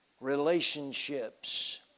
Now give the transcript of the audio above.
relationships